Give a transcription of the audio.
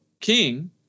king